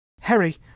Harry